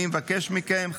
אני מבקש מכם,